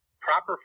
Proper